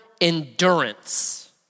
endurance